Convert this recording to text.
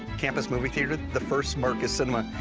campus movie theater, the first marcus cinema,